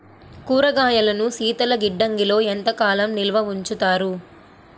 కూరగాయలను శీతలగిడ్డంగిలో ఎంత కాలం నిల్వ ఉంచుతారు?